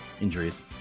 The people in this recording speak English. injuries